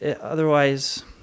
Otherwise